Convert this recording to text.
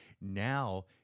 Now